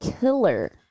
killer